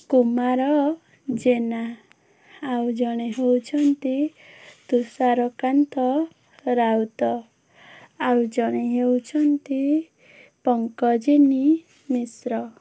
କୁମାର ଜେନା ଆଉ ଜଣେ ହେଉଛନ୍ତି ତୁଷାରକାନ୍ତ ରାଉତ ଆଉ ଜଣେ ହେଉଛନ୍ତି ପଙ୍କଜିନୀ ମିଶ୍ର